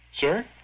Sir